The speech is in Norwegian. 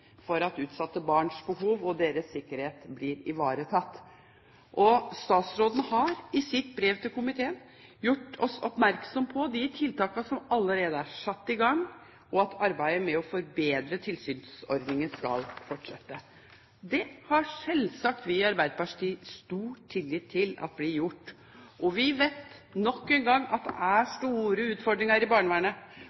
for at utsatte barns behov og deres sikkerhet blir ivaretatt. Statsråden har, i brev til komiteen, gjort oss oppmerksom på de tiltakene som allerede er satt i gang, og at arbeidet med å forbedre tilsynsordningen skal fortsette. Det har selvsagt vi i Arbeiderpartiet stor tillit til at blir gjort. Vi vet, nok en gang, at det er